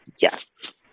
yes